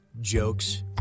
jokes